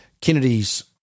Kennedy's